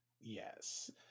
Yes